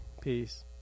peace